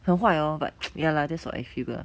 很坏 hor but ya lah that's what I feel lah